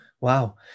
wow